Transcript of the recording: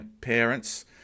parents